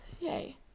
Yay